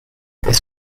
this